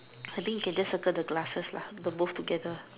I think can just circle the glasses lah the both together